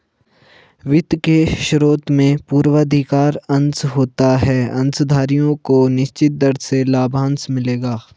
वित्त के स्रोत में पूर्वाधिकार अंश होता है अंशधारियों को निश्चित दर से लाभांश मिलेगा